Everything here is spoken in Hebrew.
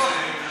זה ריק מתוכן.